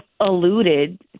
alluded